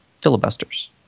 filibusters